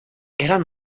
eran